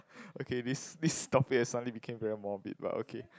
okay this this topic has suddenly became very morbid but okay